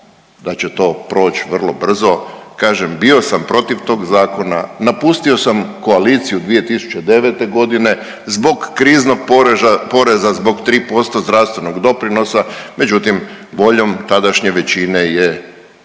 da će to proći vrlo brzo. Kažem, bio sam protiv tog Zakona, napustio sam koaliciju 2009. g. zbog kriznog poreza, zbog 3% zdravstvenog doprinosa, međutim, voljom tadašnje većine je